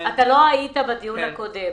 בדיון הקודם.